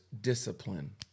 discipline